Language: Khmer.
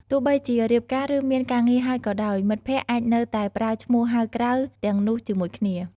ទោះបីជារៀបការ ឬមានការងារហើយក៏ដោយ មិត្តភក្តិអាចនៅតែប្រើឈ្មោះហៅក្រៅទាំងនោះជាមួយគ្នា។